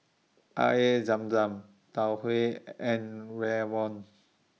Air Zam Zam Tau Huay and Rawon